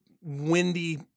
windy